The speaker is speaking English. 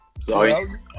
Sorry